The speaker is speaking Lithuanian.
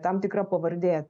tam tikra pavardė